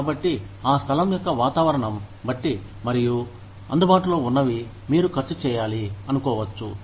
కాబట్టి ఆ స్థలం యొక్క వాతావరణం బట్టి మరియు అందుబాటులో ఉన్నవి మీరు ఖర్చు చేయాలి అనుకోవచ్చు